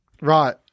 Right